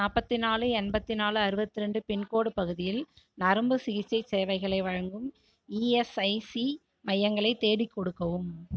நாற்பத்தி நாலு எண்பத்தி நாலு அறுபத்ரெண்டு பின்கோடு பகுதியில் நரம்பு சிகிச்சை சேவைகளை வழங்கும் ஈஎஸ்ஐசி மையங்களை தேடிக் கொடுக்கவும்